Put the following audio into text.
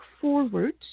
forward